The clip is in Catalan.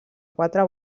quatre